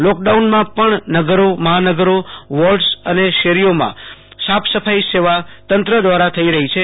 લોકડાઉમાં પણ નગરો મહાનગરો વોર્ડસ અને શેરીઅ ોમાં સાફ સફાઈ સેવા તંત્ર દવારા થઈ રહી છે